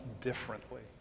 differently